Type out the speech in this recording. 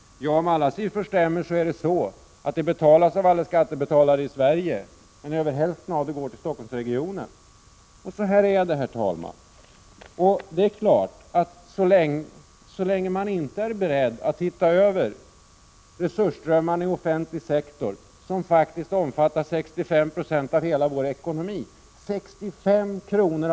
Om alla siffror stämmer, finansieras systemet av alla skattebetalare i Sverige, men över hälften av pengarna går till Stockholmsregionen. Så här är det, herr talman. Så länge man inte är beredd att se över våra resursströmmar i den offentliga sektorn — som faktiskt omfattar 65 96 av hela vår ekonomi, dvs. 65 kr.